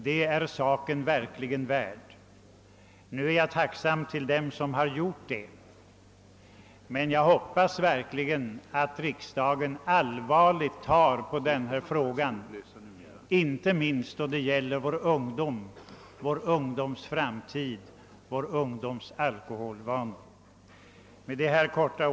Det är saken verkligen värd. Nu är jag tacksam mot dem som gjort det. Jag hoppas dock verkligen att riksdagen tar allvarligt på denna fråga, inte minst när det gäller vår ungdoms framtid och vår ungdoms alkoholvanor. Herr talman!